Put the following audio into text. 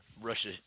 Russia